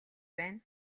байна